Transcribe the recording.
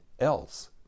else